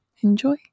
Enjoy